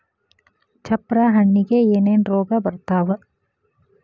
ಚಪ್ರ ಹಣ್ಣಿಗೆ ಏನೇನ್ ರೋಗ ಬರ್ತಾವ?